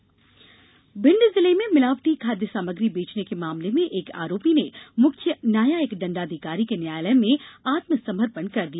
मिलावटी खाद्य भिंड जिले में मिलावटी खाद्य सामग्री बेचने के मामले के एक आरोपी ने मुख्य न्यायिक दण्डाधिकारी के न्यायालय में आत्मसमर्पण कर दिया